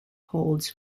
holds